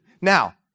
Now